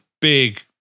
big